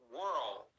world